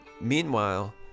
meanwhile